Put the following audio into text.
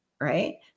Right